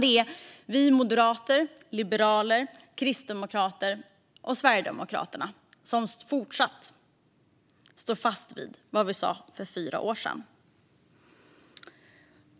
Det är vi moderater, liberaler, kristdemokrater och sverigedemokrater som fortsatt står fast vid vad vi sa för fyra år sedan.